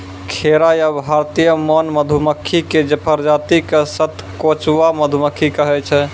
खैरा या भारतीय मौन मधुमक्खी के प्रजाति क सतकोचवा मधुमक्खी कहै छै